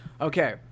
Okay